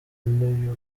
n’uyu